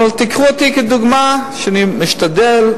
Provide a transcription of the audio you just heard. אבל תיקחו אותי כדוגמה, שאני משתדל.